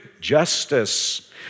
justice